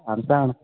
आमटाण